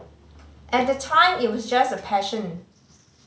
at the time it was just a passion